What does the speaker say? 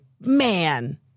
man